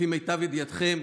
לפי מיטב ידיעתכם,